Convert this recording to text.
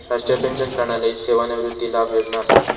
राष्ट्रीय पेंशन प्रणाली सेवानिवृत्ती लाभ योजना असा